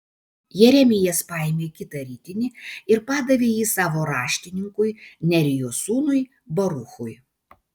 jeremijas paėmė kitą ritinį ir padavė jį savo raštininkui nerijos sūnui baruchui